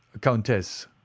Countess